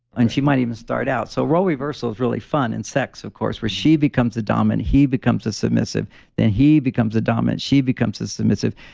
and she might even start out. so, role reversal is really fun and sex of course where she becomes a dominant, he becomes a submissive and he becomes a dominant, she becomes a submissive.